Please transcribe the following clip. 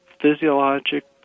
physiologic